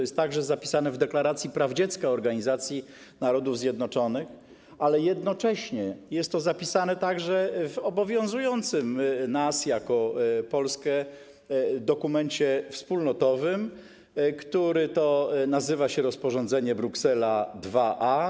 Jest to także zapisane w Deklaracji Praw Dziecka Organizacji Narodów Zjednoczonych, ale jednocześnie jest to zapisane także w obowiązującym nas jako Polskę dokumencie wspólnotowym, który to nazywa się rozporządzeniem Bruksela IIA.